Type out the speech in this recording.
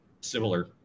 similar